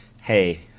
hey